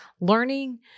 Learning